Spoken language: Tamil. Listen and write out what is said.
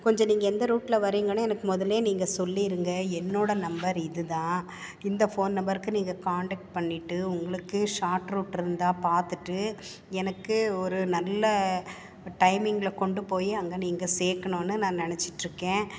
கொஞ்சம் நீங்கள் எந்த ரூட்டில் வர்றீங்கன்னு முதல்லையே நீங்கள் சொல்லிடுங்க என்னோடய நம்பர் இதுதான் இந்த ஃபோன் நம்பருக்கு நீங்கள் காண்டாக்ட் பண்ணிகிட்டு உங்களுக்கு ஷார்ட் ரூட் இருந்தால் பார்த்துட்டு எனக்கு ஒரு நல்ல டைமிங்ல கொண்டு போய் அங்கே நீங்கள் சேர்க்கணுன்னு நான் நெனைச்சிட்டுருக்கேன்